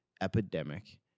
epidemic